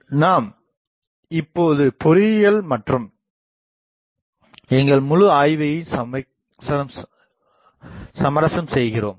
நாம் இப்போது பொறியியல் பற்றிய எங்கள் முழு ஆய்வையும் சமரசம் செய்கிறோம்